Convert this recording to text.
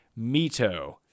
Mito